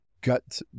gut